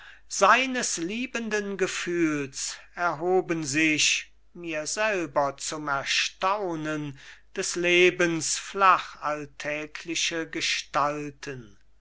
seines liebenden gefühls erhoben sich mir selber zum erstaunen des lebens flach alltägliche gestalten